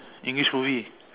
English movie